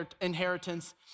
inheritance